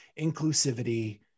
inclusivity